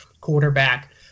quarterback